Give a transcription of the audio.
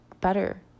better